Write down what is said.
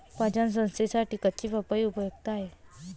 पचन संस्थेसाठी कच्ची पपई उपयुक्त आहे